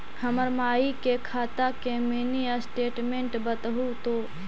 हमर माई के खाता के मीनी स्टेटमेंट बतहु तो?